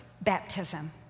baptism